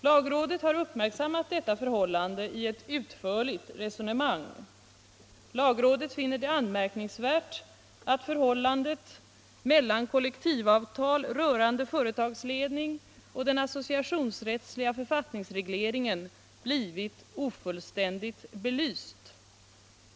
Lagrådet har uppmärksammat detta förhållande i ett utförligt resonemang. Lagrådet finner det anmärkningsvärt att förhållandet mellan kollektivavtal rörande företagsledning och den associationsrättsliga författningsregleringen blivit ofullständigt belyst.